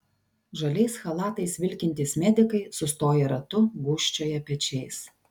žaliais chalatais vilkintys medikai sustoję ratu gūžčioja pečiais